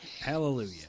Hallelujah